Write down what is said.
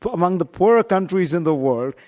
but among the poorer countries in the world,